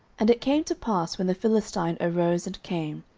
and it came to pass, when the philistine arose, and came,